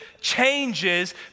changes